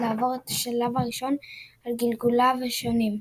לעבור את השלב הראשון על גלגוליו השונים.